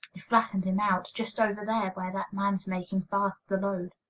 it flattened him out, just over there where that man's making fast the load.